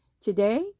Today